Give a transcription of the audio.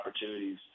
opportunities